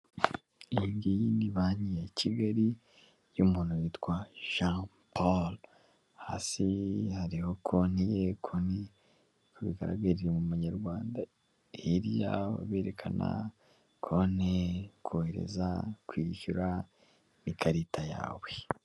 Iyi ngiyi ni banki ya kigali y'umuntu witwa Jean Paul, hasi hariho konti, konti uko bigaragara iri mu manyarwanda, iriya berekana konti, kohereza, kwishyura, n'ikarita yawe.